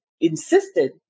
insisted